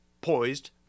poised